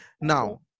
Now